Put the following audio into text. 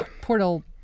portal